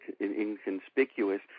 inconspicuous